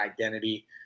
identity